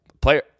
player